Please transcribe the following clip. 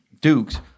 Dukes